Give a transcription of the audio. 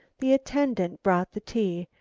the attendant brought the tea,